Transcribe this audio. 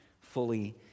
fully